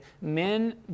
men